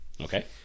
Okay